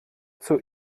zur